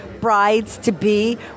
brides-to-be